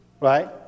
right